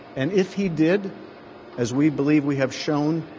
and if he did as we believe we have shown